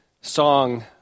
song